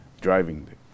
driving